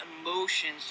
emotions